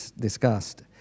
discussed